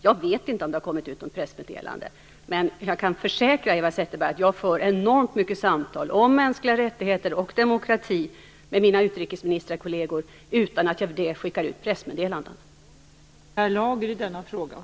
Jag vet inte om det har kommit något pressmeddelande. Men jag kan försäkra Eva Zetterberg att jag för enormt många samtal om mänskliga rättigheter och demokrati med mina utrikesministerkolleger utan att jag skickar ut pressmeddelanden om det.